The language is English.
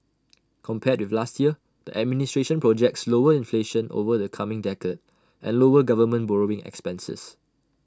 compared with last year the administration projects lower inflation over the coming decade and lower government borrowing expenses